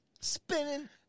spinning